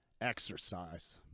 exercise